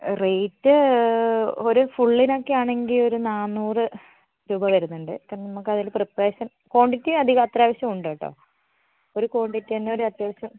rate ഒരു ഫുള്ളിനൊക്കെ ആണെങ്കിൽ ഒരു നാന്നൂറ് രൂപ വരുന്നുണ്ട് നമുക്ക് അതിൻ്റെ പ്രെപറേഷൻ ക്വാണ്ടിറ്റി അധികം അത്യാവശ്യം ഉണ്ട് കെട്ടോ ഒരു ക്വാണ്ടിറ്റി തന്നെ ഒരു അത്യാവശ്യം